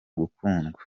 gukundwa